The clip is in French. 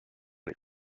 les